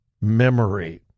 memory